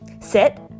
Sit